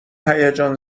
هیجان